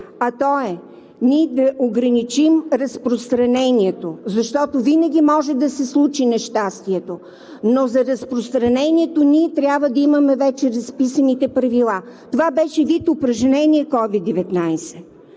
Той е да ограничим разпространението, защото винаги може да се случи нещастието. Но за разпространението ние трябва да имаме вече разписаните правила. Това – COVID-19,